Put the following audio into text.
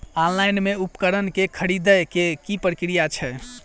Online मे उपकरण केँ खरीदय केँ की प्रक्रिया छै?